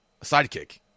sidekick